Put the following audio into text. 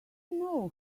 know